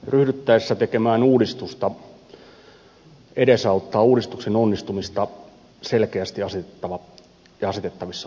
ryhdyttäessä tekemään uudistusta edesauttaa uudistuksen onnistumista selkeästi asetettavissa oleva tavoite